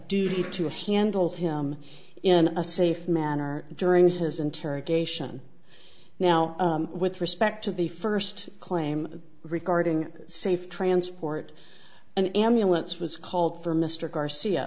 duty to handle him in a safe manner during his interrogation now with respect to the first claim regarding safe transport an ambulance was called for mr garcia